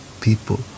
people